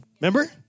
Remember